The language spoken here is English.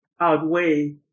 outweigh